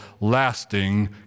lasting